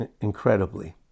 incredibly